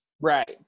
Right